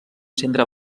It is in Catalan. centre